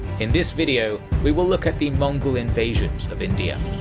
in this video, we will look at the mongol invasions of india.